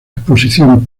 exposición